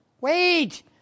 Wait